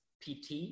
PT